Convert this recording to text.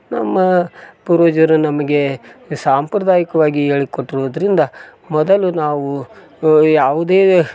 ನಮ್ಮ ಪೂರ್ವಜರು ನಮಗೆ ಸಾಂಪ್ರದಾಯಿಕವಾಗಿ ಹೇಳಿ ಕೊಟ್ರಿರುವುದರಿಂದ ಮೊದಲು ನಾವು ಯಾವುದೇ